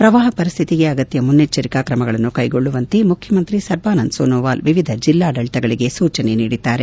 ಪ್ರವಾಹ ಪರಿಸ್ತಿತಿಗೆ ಅಗತ್ಯ ಮುನ್ನೆಚ್ಚರಿಕಾ ಕ್ರಮಗಳನ್ನು ಕೈಗೊಳ್ಳುವಂತೆ ಮುಖ್ಯಮಂತ್ರಿ ಸರ್ಬಾನಂದ್ ಸೋನೋವಾಲ್ ವಿವಿಧ ಜಿಲ್ಲಾಡಳಿತಗಳಿಗೆ ಸೂಚನೆ ನೀಡಿದ್ದಾರೆ